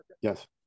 Yes